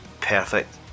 perfect